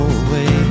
away